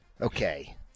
Okay